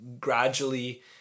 gradually